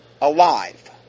Alive